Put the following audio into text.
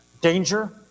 Danger